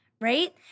right